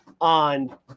on